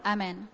Amen